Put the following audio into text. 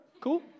cool